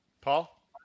Paul